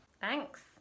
thanks